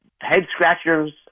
head-scratchers